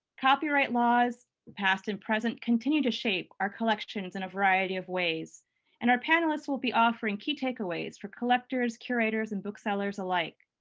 copyright laws past and present continue to shape our collections in a variety of ways and our panelists will be offering key takeaways for collectors, curators, and booksellers alike.